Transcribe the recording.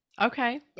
okay